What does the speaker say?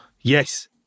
yes